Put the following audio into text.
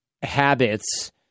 habits